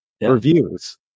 reviews